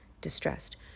distressed